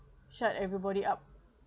shut everybody up